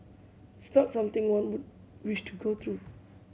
it's not something one would wish to go through